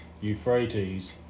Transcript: Euphrates